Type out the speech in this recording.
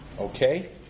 Okay